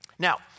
Now